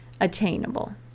attainable